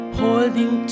holding